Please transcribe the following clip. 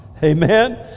Amen